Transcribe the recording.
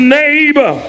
neighbor